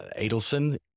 Adelson